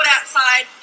outside